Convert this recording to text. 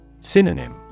Synonym